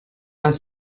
vingt